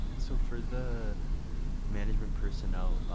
so for the management personnel,